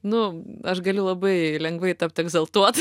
nu aš galiu labai lengvai tapt egzaltuota